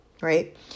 right